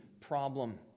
problem